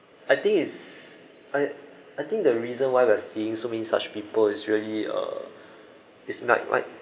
I think it's I I think the reason why we're seeing so many such people is really uh is might like